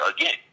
again